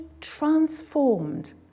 transformed